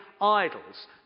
idols